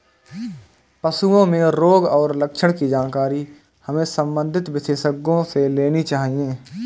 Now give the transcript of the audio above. पशुओं में रोग और लक्षण की जानकारी हमें संबंधित विशेषज्ञों से लेनी चाहिए